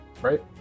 right